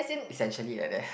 essentially like that